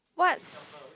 what's